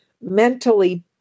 mentally